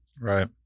Right